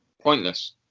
Pointless